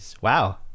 Wow